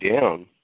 down